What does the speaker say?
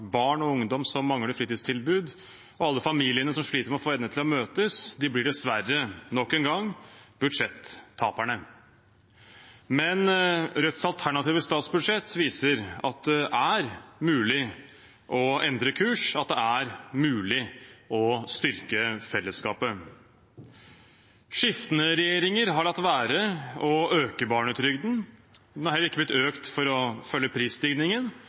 barn og ungdom som mangler fritidstilbud, og alle familiene som sliter med å få endene til å møtes, blir dessverre nok en gang budsjettaperne. Rødts alternative statsbudsjett viser at det er mulig å endre kurs, at det er mulig å styrke fellesskapet. Skiftende regjeringer har latt være å øke barnetrygden. Den har heller ikke blitt økt for å følge prisstigningen